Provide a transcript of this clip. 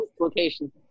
location